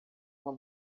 uma